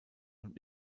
und